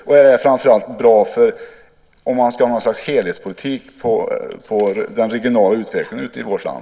Är det framför allt bra om man ska ha en helhetspolitik för den regionala utvecklingen i vårt land?